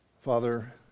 Father